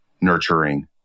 nurturing